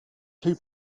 two